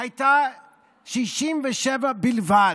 הייתה 67 בלבד,